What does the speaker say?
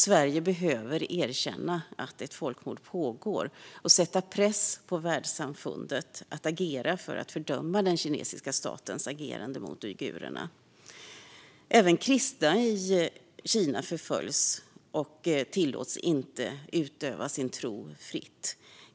Sverige behöver erkänna att ett folkmord pågår och sätta press på världssamfundet att agera för att fördöma den kinesiska statens agerande mot uigurerna. Även kristna i Kina förföljs och tillåts inte att utöva sin tro fritt.